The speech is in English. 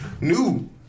new